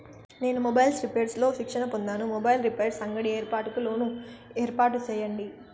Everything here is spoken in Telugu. నేను మొబైల్స్ రిపైర్స్ లో శిక్షణ పొందాను, మొబైల్ రిపైర్స్ అంగడి ఏర్పాటుకు లోను ఏర్పాటు సేయండి?